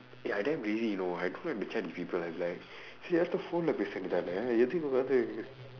eh I damn lazy you know I don't like to chat with people like எல்லாத்தையும்:ellaaththaiyum phonelae பேச வேண்டியது தானே என்னாத்துக்கு:peesa veendiyathu thaanee ennaaththukku